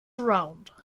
around